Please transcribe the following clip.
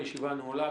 הישיבה נעולה.